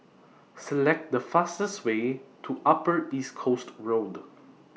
Select The fastest Way to Upper East Coast Road